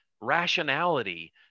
rationality